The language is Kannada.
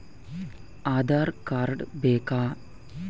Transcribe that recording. ಆಧಾರ್ ಕಾರ್ಡ್ ಬೇಕಾ?